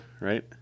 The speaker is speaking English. right